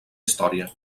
història